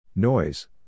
Noise